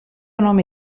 nome